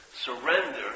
Surrender